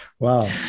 Wow